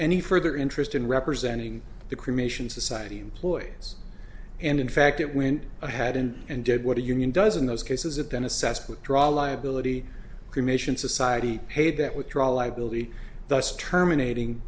any further interest in representing the cremation society employees and in fact it went ahead and and did what a union does in those cases it then assessed withdrawal liability commissions society paid that withdrawal liability dust terminating